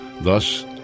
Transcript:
Thus